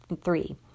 Three